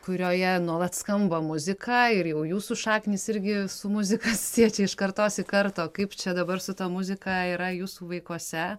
kurioje nuolat skamba muzika ir jau jūsų šaknys irgi su muzika siejasi iš kartos į kartą o kaip čia dabar su ta muzika yra jūsų vaikuose